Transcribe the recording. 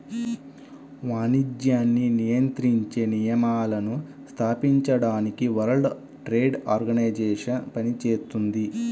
వాణిజ్యాన్ని నియంత్రించే నియమాలను స్థాపించడానికి వరల్డ్ ట్రేడ్ ఆర్గనైజేషన్ పనిచేత్తుంది